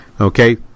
Okay